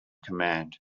command